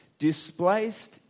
displaced